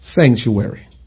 sanctuary